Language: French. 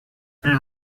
plus